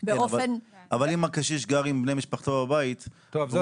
אבל אם הקשיש גר עם בני משפחתו בבית --- אנחנו